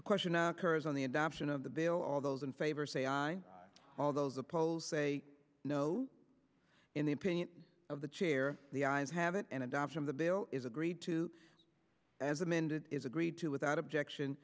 the question of curves on the adoption of the bill all those in favor say aye all those the polls say no in the opinion of the chair the ayes have it and adoption of the bill is agreed to as amended is agreed to without objection